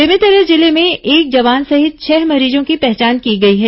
बेमेतरा जिले में एक जवान सहित छह मरीजों की पहचान की गई है